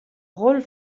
roll